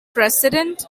president